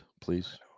please